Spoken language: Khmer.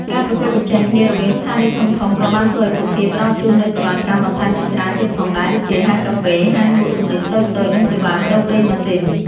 ការប្រកួតប្រជែងគ្នារវាងស្ថានីយ៍ធំៗក៏បានធ្វើឱ្យពួកគេផ្តល់ជូននូវសេវាកម្មបន្ថែមជាច្រើនទៀតផងដែរ ដូចជាហាងកាហ្វេ ហាងលក់ទំនិញតូចៗ និងសេវាប្តូរប្រេងម៉ាស៊ីន។